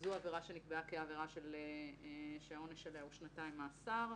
זאת עבירה שנקבעה כעבירה שהעונש עליה הוא שנתיים מאסר.